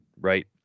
Right